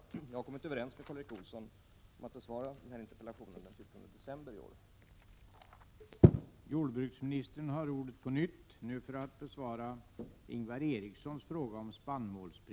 Jag har kommit överens med Karl Erik Olsson om att besvara denna interpellation den 14 december i år.